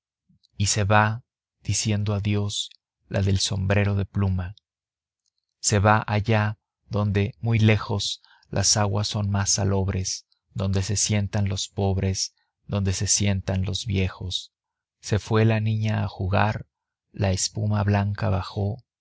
y se va diciendo adiós la del sombrero de pluma se va allá donde muy lejos las aguas son más salobres donde se sientan los pobres donde se sientan los viejos se fue la niña a jugar la espuma blanca bajó